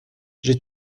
j’ai